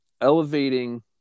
elevating